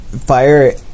Fire